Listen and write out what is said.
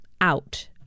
out